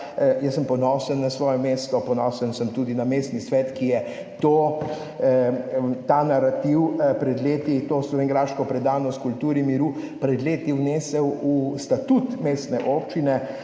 Jaz sem ponosen na svoje mesto, ponosen sem tudi na mestni svet, ki je ta narativ, to slovenjegraško predanost kulturi miru pred leti vnesel v statut mestne občine,